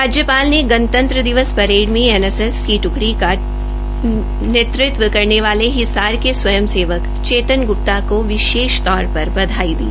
राज्यपाल ने गणतंत्र दिवस में एनएसएस की ट्रकड़ी का नेतृत्व करने वाले हिसार के स्वयंसेवक चेतन गृप्ता को विशेष तौर पर बधाई दी